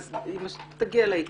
תגיע לעיקר.